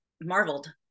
marveled